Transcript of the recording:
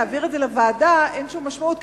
להעברה של זה לוועדה אין שום משמעות.